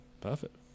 Perfect